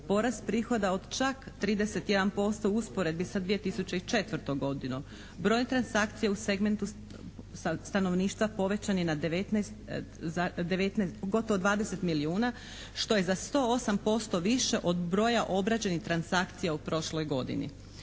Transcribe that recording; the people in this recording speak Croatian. Porast prihoda od čak 31% u usporedbi sa 2004. godinom, broj transakcija u segmentu stanovništva povećan je na 19, gotovo 20 milijuna, što je za 108% više od broja obrađenih transakcija u prošloj godini.